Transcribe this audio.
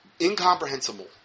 incomprehensible